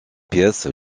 pièces